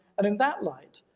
and in that light,